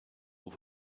will